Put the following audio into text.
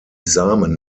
samen